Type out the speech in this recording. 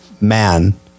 man